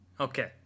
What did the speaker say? Okay